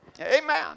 Amen